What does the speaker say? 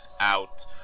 out